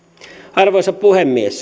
arvoisa puhemies